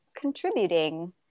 contributing